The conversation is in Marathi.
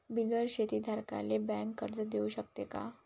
बिगर शेती धारकाले बँक कर्ज देऊ शकते का?